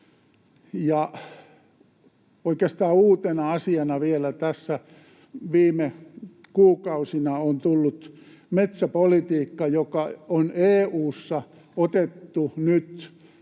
Oikeastaan uutena asiana vielä tässä viime kuukausina on tullut metsäpolitiikka, joka on EU:ssa otettu nyt,